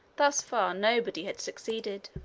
thus far, nobody had succeeded.